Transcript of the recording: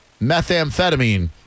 Methamphetamine